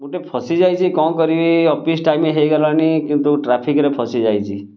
ଗୋଟେ ଫଶିଯାଇଛି କ'ଣ କରିବି ଅଫିସ୍ ଟାଇମ୍ ହେଲାଣି କିନ୍ତୁ ଟ୍ରାଫିକରେ ଫଶିଯାଇଛି